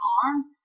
arms